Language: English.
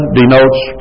denotes